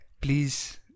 please